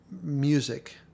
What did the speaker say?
music